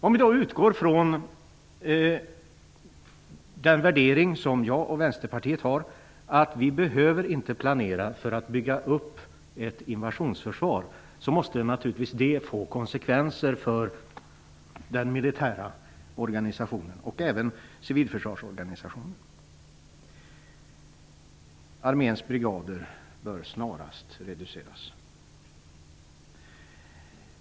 Om vi utgår från den värdering som jag och Vänsterpartiet har, att vi inte behöver planera för att bygga upp ett invasionsförsvar, måste det naturligtvis få konsekvenser för den militära organisationen och även för civilförsvarsorganisationen. Arméns brigader bör snarast reduceras.